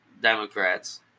democrats